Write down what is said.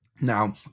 Now